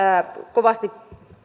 kovasti